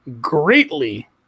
greatly